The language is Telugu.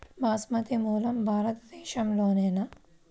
బాస్మతి మూలం భారతదేశంలోనా?